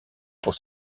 pour